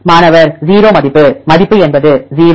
மாணவர் 0 மதிப்பு மதிப்பு என்பது 0